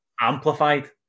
amplified